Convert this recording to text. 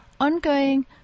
ongoing